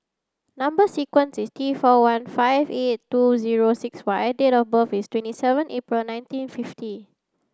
number sequence is T four one five eight two zero six Y date of birth is twenty seven April nineteen fifty